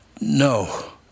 no